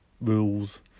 rules